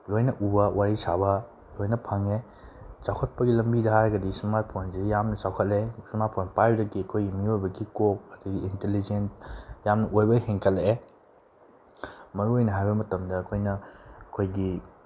ꯂꯣꯏꯅ ꯎꯕ ꯋꯥꯔꯤ ꯁꯥꯕ ꯂꯣꯏꯅ ꯐꯪꯉꯦ ꯆꯥꯎꯈꯠꯄꯒꯤ ꯂꯝꯕꯤꯗ ꯍꯥꯏꯔꯒꯗꯤ ꯏꯁꯃꯥꯔꯠ ꯐꯣꯟꯁꯤ ꯌꯥꯝꯅ ꯆꯥꯎꯈꯠꯂꯦ ꯏꯁꯃꯥꯔꯠ ꯐꯣꯟ ꯄꯥꯏꯕꯗꯒꯤ ꯑꯩꯈꯣꯏ ꯃꯤꯑꯣꯏꯕꯒꯤ ꯀꯣꯛ ꯑꯗꯒꯤ ꯏꯟꯇꯂꯤꯖꯦꯟ ꯌꯥꯝꯅ ꯑꯣꯏꯕ ꯍꯦꯟꯒꯠꯂꯛꯑꯦ ꯃꯔꯨꯑꯣꯏꯅ ꯍꯥꯏꯕ ꯃꯇꯝꯗ ꯑꯩꯈꯣꯏꯅ ꯑꯩꯈꯣꯏꯒꯤ